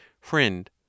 Friend